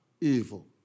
evil